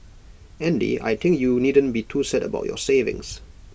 Andy I think you needn't be too sad about your savings